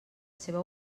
seva